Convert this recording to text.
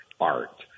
art